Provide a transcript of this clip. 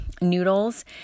noodles